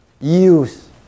use